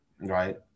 Right